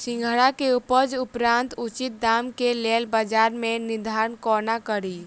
सिंघाड़ा केँ उपजक उपरांत उचित दाम केँ लेल बजार केँ निर्धारण कोना कड़ी?